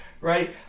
right